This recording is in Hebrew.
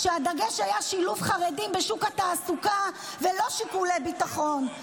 כשהדגש היה שילוב חרדים בשוק התעסוקה ולא שיקולי ביטחון.